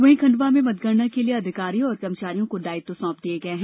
वहीं खंडवा में मतगणना के लिए अधिकारी और कर्मचारियों को दायित्व सौंप दिये गए हैं